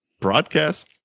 broadcast